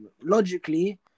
logically